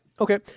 Okay